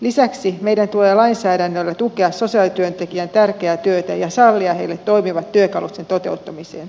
lisäksi meidän tulee lainsäädännöllä tukea sosiaalityöntekijöiden tärkeää työtä ja sallia heille toimivat työkalut sen toteuttamiseen